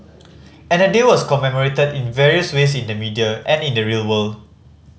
and the day was commemorated in various ways in the media and in the real world